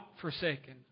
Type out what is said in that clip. forsaken